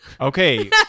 okay